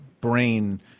brain